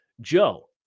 Joe